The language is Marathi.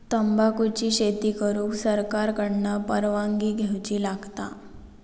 तंबाखुची शेती करुक सरकार कडना परवानगी घेवची लागता